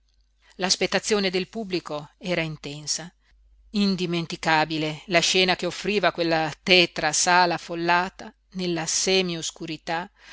stearica l'aspettazione nel pubblico era intensa indimenticabile la scena che offriva quella tetra sala affollata nella